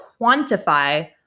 quantify